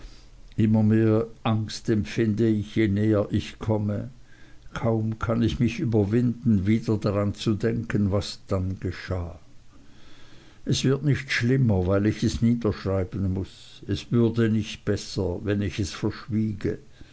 immer mehr angst empfinde ich je näher ich komme kaum kann ich mich überwinden wieder daran zu denken was dann geschah es wird nicht schlimmer weil ich es niederschreiben muß es würde nicht besser wenn ich es verschwiege